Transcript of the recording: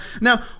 Now